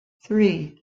three